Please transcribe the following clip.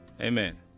Amen